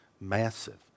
massive